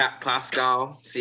Pascal